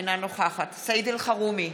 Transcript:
אינה נוכחת סעיד אלחרומי,